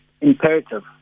imperative